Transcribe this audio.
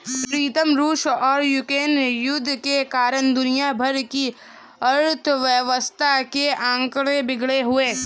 प्रीतम रूस और यूक्रेन युद्ध के कारण दुनिया भर की अर्थव्यवस्था के आंकड़े बिगड़े हुए